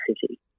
city